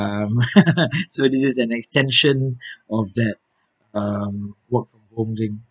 um so this is an extension of that um work home dream